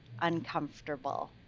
uncomfortable